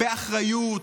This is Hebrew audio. באחריות,